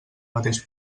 mateix